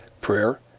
prayer